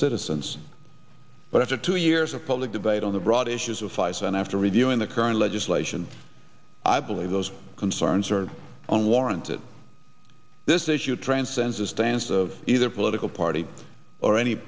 citizens but after two years of public debate on the broad issues of fison after reviewing the current legislation i believe those concerns are on warranted this issue transcends the stance of either political party or any